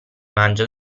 mangia